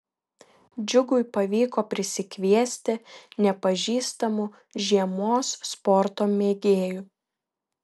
džiugui pavyko prisikviesti nepažįstamų žiemos sporto mėgėjų